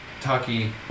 Taki